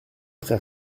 très